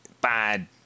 bad